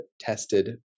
tested